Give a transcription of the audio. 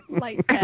Light